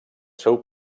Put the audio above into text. seu